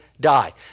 die